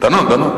על זה נאמר,